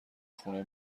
خونه